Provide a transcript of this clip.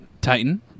Titan